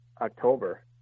October